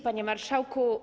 Panie Marszałku!